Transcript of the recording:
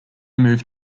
moved